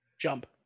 jump